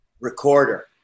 recorder